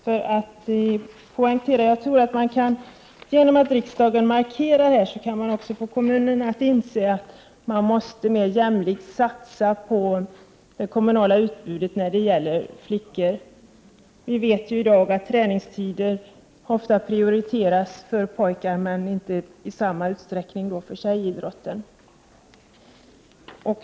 Genom att riksdagen här gör en markering kan vi få kommunerna att inse att man måste mer jämlikt satsa på det kommunala utbudet av fritidsaktiviteter för flickor. Vi vet att det i dag är så att träningstider ofta prioriteras för pojkar men inte i samma utsträckning för tjejer.